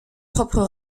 propres